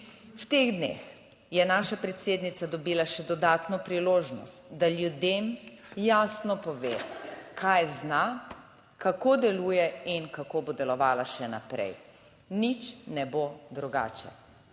V teh dneh je naša predsednica dobila še dodatno priložnost, da ljudem jasno pove, kaj zna, kako deluje in kako bo delovala še naprej. Nič ne bo drugače.